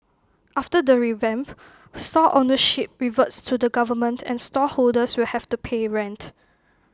after the revamp stall ownership reverts to the government and stall holders will have to pay rent